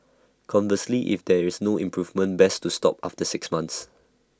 conversely if there is no improvement best to stop after six months